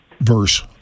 verse